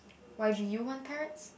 why do you want parrots